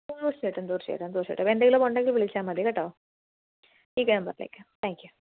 തീർച്ചയായിട്ടും തീർച്ചയായിട്ടും തീർച്ചയായിട്ടും എന്തെങ്കിലും ഒക്കെ ഉണ്ടെങ്കിൽ വിളിച്ചാൽ മതി കേട്ടോ ഈ നമ്പറിലേക്ക് താങ്ക് യു